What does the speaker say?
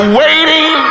waiting